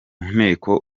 nteko